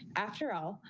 after all,